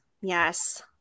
Yes